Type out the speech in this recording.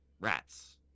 Rats